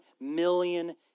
million